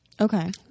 Okay